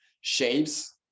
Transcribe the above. shapes